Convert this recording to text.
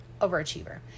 overachiever